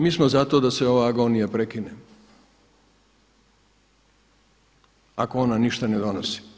Mi smo za to da se ova agonija prekine ako ona ništa ne donosi.